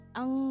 ang